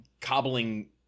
cobbling